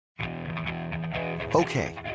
Okay